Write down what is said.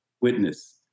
witness